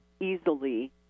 easily